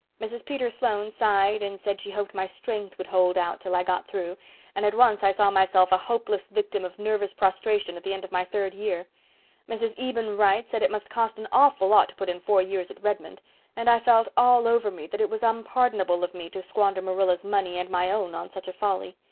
mrs. peter sloane sighed and said she hoped my strength would hold out till i got through and at once i saw myself a hopeless victim of nervous prostration at the end of my third year mrs. eben wright said it must cost an awful lot to put in four years at redmond and i felt all over me that it was unpardonable of me to squander marilla's money and my own on such a folly.